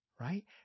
right